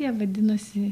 jie vadinosi